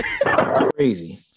Crazy